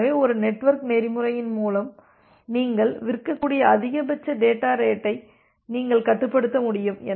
எனவே ஒரு நெட்வொர்க் நெறிமுறையின் மூலம் நீங்கள் விற்கக்கூடிய அதிகபட்ச டேட்டா ரேட்டை நீங்கள் கட்டுப்படுத்த முடியும்